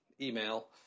email